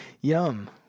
Yum